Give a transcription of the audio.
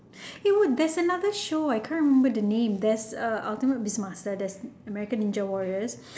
eh what there is another show I can't remember the name there's uh ultimate beast master there's american ninja warriors